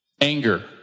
anger